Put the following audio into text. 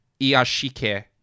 Iashike